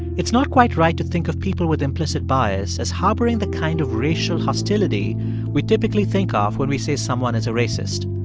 it's not quite right to think of people with implicit bias as harboring the kind of racial hostility we typically think ah of when we say someone is a racist.